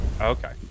okay